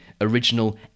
original